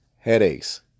headaches